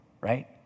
right